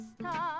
Stop